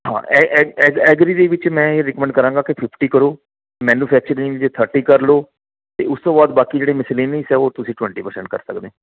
ਹਾਂ ਐਗਰੀ ਦੇ ਵਿੱਚ ਮੈਂ ਇਹ ਰਿਕਮੈਂਡ ਕਰਾਂਗਾ ਕਿ ਫਿਫਟੀ ਕਰੋ ਮੈਨੂਫੈਕਚਰਿੰਗ 'ਚ ਥਰਟੀ ਕਰ ਲਓ ਅਤੇ ਉਸ ਤੋਂ ਬਾਅਦ ਬਾਕੀ ਜਿਹੜੇ ਮਸ਼ਲਿਨਿਸ ਆ ਉਹ ਤੁਸੀਂ ਟਵੈਂਟੀ ਪਰਸੈਂਟ ਕਰ ਸਕਦੇ